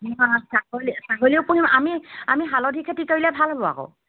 অ ছাগলী ছাগলীও পুহিম আমি আমি হালধি খেতি কৰিলে ভাল হ'ব আকৌ